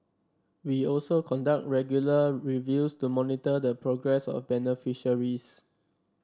we also conduct regular reviews to monitor the progress of beneficiaries